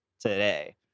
Today